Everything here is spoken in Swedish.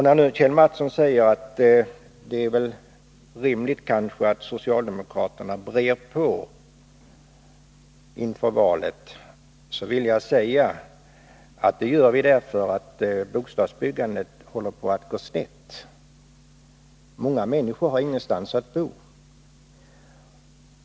När nu Kjell Mattsson säger att det kanske är rimligt att socialdemokraterna brer på inför valet, vill jag säga att vi gör det därför att bostadsbyggandet håller på att gå snett. Många människor har ingenstans att bo.